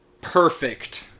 Perfect